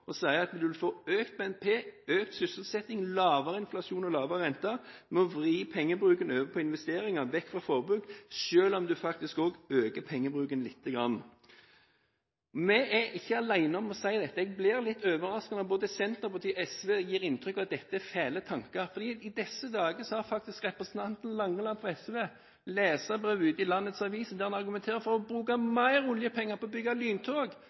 sier at du vil få økt BNP, økt sysselsetting, lavere inflasjon og lavere rente ved å vri pengebruken over på investeringer og vekk fra forbruk, selv om du også øker pengebruken lite grann. Vi er ikke alene om å si dette. Jeg blir litt overrasket når både Senterpartiet og SV gir inntrykk av at dette er fæle tanker. For i disse dager har faktisk representanten Langeland fra SV sendt leserbrev ut til landets aviser der han argumenterer for å bruke mer oljepenger på å bygge lyntog,